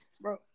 bro